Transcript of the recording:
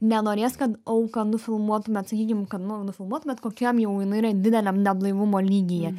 nenorės kad auką nufilmuotumėt sakykim kad nu nufilmuotumėt kokiam jau jinai yra dideliam neblaivumo lygyje